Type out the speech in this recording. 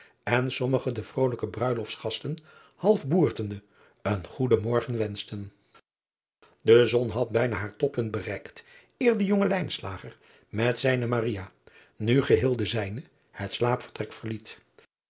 en sommige den vrolijken bruiloftsgasten half boertende een goeden morgen wenschten e zon had bijna haar toppunt bereikt eer de jonge met zijne nu geheel de zijne het slaapvertrek verliet